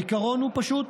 העיקרון הוא פשוט: